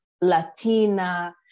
latina